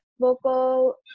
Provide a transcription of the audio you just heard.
vocal